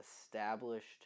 established